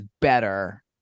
better